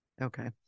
Okay